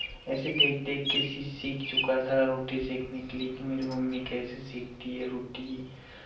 ऐसे देख देख के सी सीख चुका था रोटी सेकने के लिए कि मेरी मम्मी कैसे सेकती है रोटी